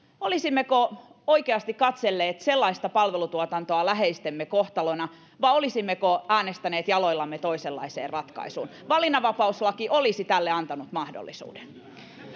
olisimmeko oikeasti katselleet sellaista palvelutuotantoa läheistemme kohtalona vai olisimmeko äänestäneet jaloillamme toisenlaisen ratkaisun valinnanvapauslaki olisi tälle antanut mahdollisuuden